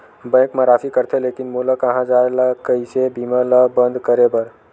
Bank मा राशि कटथे लेकिन मोला कहां जाय ला कइसे बीमा ला बंद करे बार?